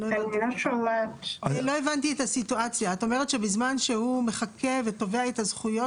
את אומרת שבזמן שהוא מחכה ותובע את הזכויות